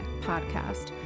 podcast